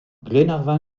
glenarvan